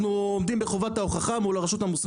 אנחנו עומדים מול חובת ההוכחה מול הרשות המוסמכת,